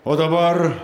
o dabar